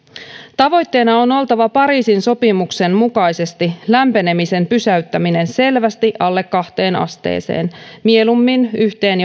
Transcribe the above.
tavoitteena on oltava pariisin sopimuksen mukaisesti lämpenemisen pysäyttäminen selvästi alle kahteen asteeseen mieluummin yhteen